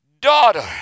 Daughter